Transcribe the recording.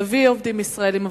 נביא עובדים ישראלים.